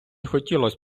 хотілось